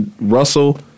Russell